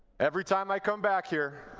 every time i come back here,